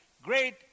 great